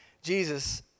Jesus